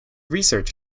research